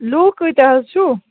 لوٗکھ کۭتیاہ حظ چھُو